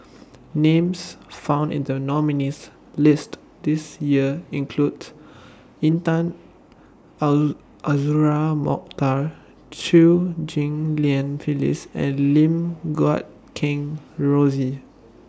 Names found in The nominees' list This Year include Intan Al Azura Mokhtar Chew Ghim Lian Phyllis and Lim Guat Kheng Rosie